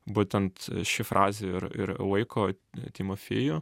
būtent ši frazė ir ir laiko timofijų